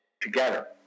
together